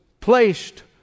placed